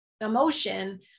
emotion